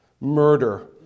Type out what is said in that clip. Murder